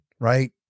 right